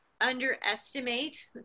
underestimate